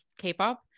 k-pop